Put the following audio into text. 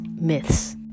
myths